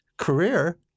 career